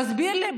תסביר לי,